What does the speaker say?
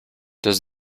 does